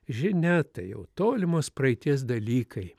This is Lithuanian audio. žinia tai jau tolimos praeities dalykai